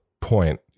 point